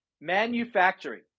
Manufacturing